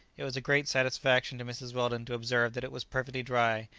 it was a great satisfaction to mrs. weldon to observe that it was perfectly dry,